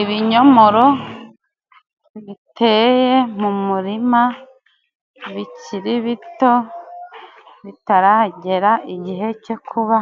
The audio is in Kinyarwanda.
Ibinyomoro biteye mu murima bikiri bito bitaragera igihe cyo kuba